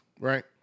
right